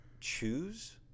choose